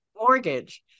Mortgage